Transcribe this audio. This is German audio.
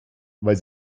weil